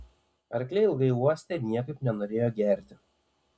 arkliai ilgai uostė ir niekaip nenorėjo gerti